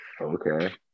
okay